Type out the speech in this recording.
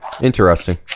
interesting